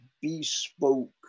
bespoke